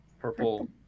Purple